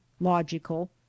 logical